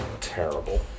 Terrible